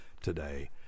today